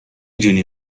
دونی